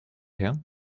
her